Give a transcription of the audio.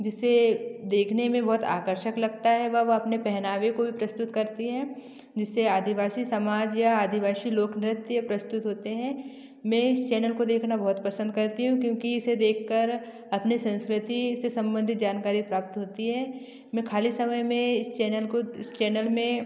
जिसे देखने में बहुत आकर्षक लगता है व वह अपने पहनावे को भी प्रस्तुत करती हैं जिससे आदिवासी समाज या आदिवासी लोकनृत्य प्रस्तुत होते हैं मैं इस चैनल को देखना बहुत पसंद करती हूँ क्योंकि इसे देखकर अपनी संस्कृति से संबंधित जानकारी प्राप्त होती है में खाली समय में इस चैनल को इस चैनल में